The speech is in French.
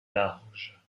large